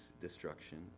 destruction